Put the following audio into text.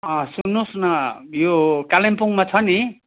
सुन्नुहोस् न यो कालिम्पोङमा छ नि